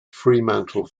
fremantle